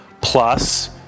plus